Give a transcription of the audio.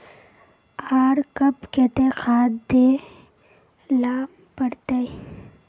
आर कब केते खाद दे ला पड़तऐ?